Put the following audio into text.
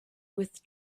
with